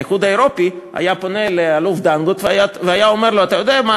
האיחוד האירופי היה פונה לאלוף דנגוט והיה אומר לו: אתה יודע מה?